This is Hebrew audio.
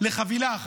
לחבילה אחת,